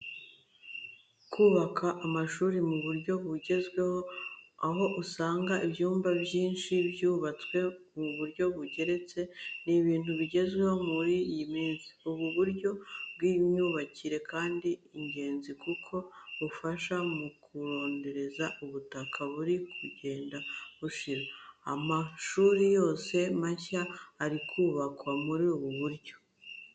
Kubaka amashuri mu buryo bugezweho aho usanga ibyumba by'ishuri byubatswe mu buryo bugeretse ni ibintu bigezweho muri iyi minsi. Ubu buryo bw'imyubakire kandi ni ingenzi kuko bufasha mu kurondereza ubutaka buri kugenda bushira. Amashuri yose mashya ari kubakwa muri ubu buryo.